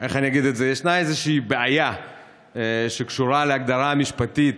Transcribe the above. את זה, ישנה איזו בעיה שקשורה להגדרה המשפטית